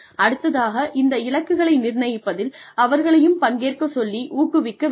அடுத்ததாக இந்த இலக்குகளை நிர்ணயிப்பதில் அவர்களையும் பங்கேற்க சொல்லி ஊக்குவிக்க வேண்டும்